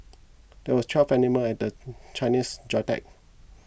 there are twelve animal in the Chinese zodiac